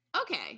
Okay